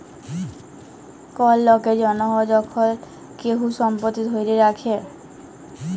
call লকের জনহ যখল কেহু সম্পত্তি ধ্যরে রাখে